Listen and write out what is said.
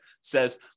says